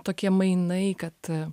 tokie mainai kad a